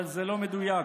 אבל זה לא מדויק.